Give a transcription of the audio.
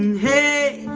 hey,